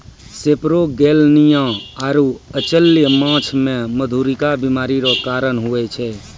सेपरोगेलनिया आरु अचल्य माछ मे मधुरिका बीमारी रो कारण हुवै छै